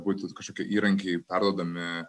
būti kažkokie įrankiai perduodami